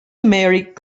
married